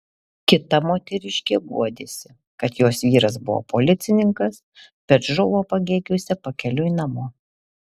kita moteriškė guodėsi kad jos vyras buvo policininkas bet žuvo pagėgiuose pakeliui namo